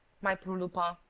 my poor lupin,